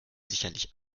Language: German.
sicherlich